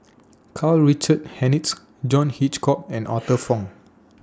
Karl Richard Hanitsch John Hitchcock and Arthur Fong